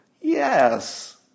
Yes